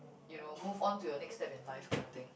you know move on to your next step in life kind of thing